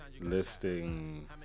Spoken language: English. listing